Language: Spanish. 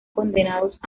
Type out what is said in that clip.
condenados